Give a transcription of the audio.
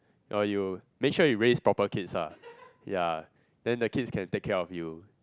or you make sure you raise proper kids lah ya then the kids can take care of you